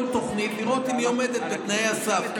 תוכנית לראות אם היא עומדת בתנאי הסף.